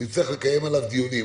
נצטרך לקיים עליו דיונים.